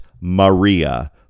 Maria